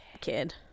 kid